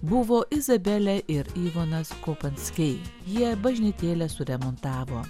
buvo izabelė ir ivanas kopanskiai jie bažnytėlę suremontavo